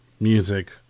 music